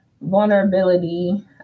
vulnerability